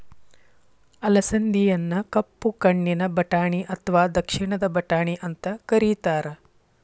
ಅಲಸಂದಿಯನ್ನ ಕಪ್ಪು ಕಣ್ಣಿನ ಬಟಾಣಿ ಅತ್ವಾ ದಕ್ಷಿಣದ ಬಟಾಣಿ ಅಂತ ಕರೇತಾರ